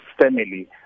family